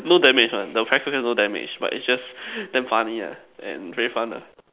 no damage one the cracker no damage but is just damn funny ah and very fun ah